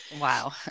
wow